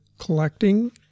collecting